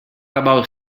about